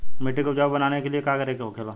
मिट्टी के उपजाऊ बनाने के लिए का करके होखेला?